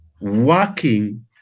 working